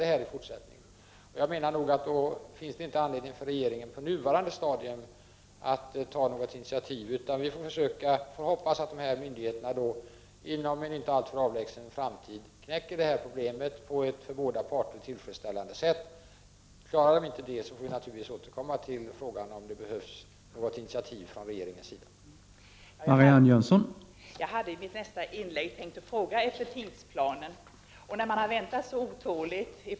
Det finns därför inte på nuvarande stadium anledning för regeringen att ta något initiativ, utan vi får hoppas att dessa myndigheter inom en inte alltför — Prot. 1989/90:30 avlägsen framtid knäcker problemet på ett för båda parter tillfredsställande 21 november 1989 sätt. Om de inte klarar det får vi naturligtvis återkomma till frågan om det. 4 behövs något initiativ från regeringens sida.